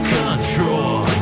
control